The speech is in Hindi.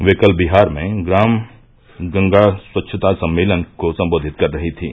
ये कल विहार में गंगा ग्राम स्वच्छता सम्मेलन को संबोधित कर रही थीं